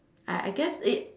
I I guess it